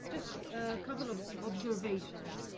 just a couple of observations,